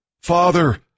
Father